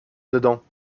dedans